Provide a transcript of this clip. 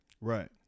Right